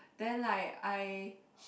then like I